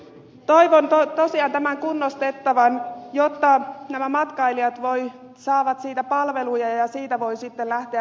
toivon tosiaan tämän kunnostettavan jotta nämä matkailijat saavat siitä palveluja ja siitä voi sitten lähteä retkeilemään